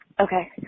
Okay